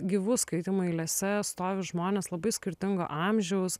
gyvų skaitymų eilėse stovi žmonės labai skirtingo amžiaus